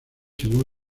según